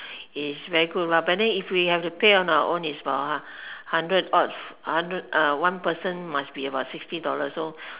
is very good lah but then if we have to pay on our own it's about a hundred odd hundred uh one person must be about sixty dollars so